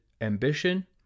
ambition